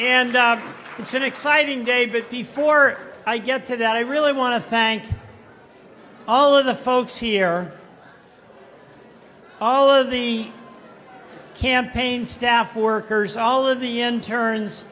and it's an exciting day but before i get to that i really want to thank all of the folks here all of the campaign staff workers all of the end turns